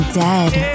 dead